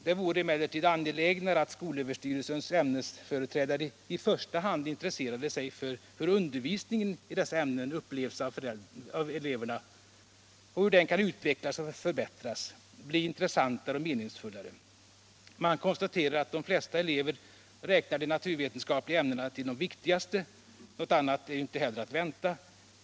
Det hade emellertid varit angelägnare att skolöverstyrelsens ämnesföreträdare i första hand intresserat sig för hur undervisningen i dessa ämnen upplevs av eleverna, hur den kan utvecklas och förbättras, bli intressantare och meningsfullare. Man konstaterar att de flesta eleverna räknar de naturvetenskapliga ämnena till de viktigaste — något annat var ju heller inte att vänta.